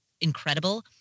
incredible